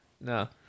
No